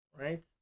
right